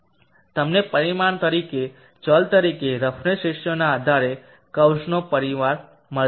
તમને પરિમાણ તરીકે ચલ તરીકે રફનેસ રેશિયોના આધારે કર્વ્સનો પરિવાર મળશે